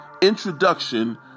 introduction